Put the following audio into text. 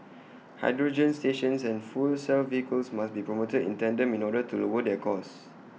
hydrogen stations and fuel cell vehicles must be promoted in tandem in order to lower their cost